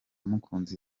mukunzi